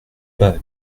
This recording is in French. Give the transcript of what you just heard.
pas